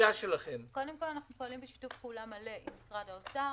אנחנו פועלים בשיתוף פעולה מלא עם משרד האוצר.